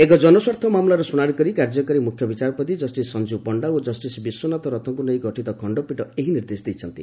ଏକ ଜନସ୍ୱାର୍ଥ ମାମଲାର ଶ୍ରୁଶାଣି କରି କାର୍ଯ୍ୟକାରୀ ମୁଖ୍ୟ ବିଚାରପତି କଷିସ୍ ସଞ୍ ୁ ପଶ୍ରା ଓ କଷିସ୍ ବିଶ୍ୱନାଥ ରଥଙ୍ଙୁ ନେଇ ଗଠିତ ଖଣ୍ତପୀଠ ଏହି ନିର୍ଦ୍ଦେଶ ଦେଇଛନ୍ତି